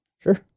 Sure